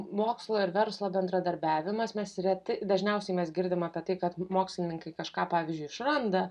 mokslo ir verslo bendradarbiavimas mes reti dažniausiai mes girdime apie tai kad mokslininkai kažką pavyzdžiui išranda